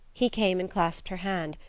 he came and clasped her hand,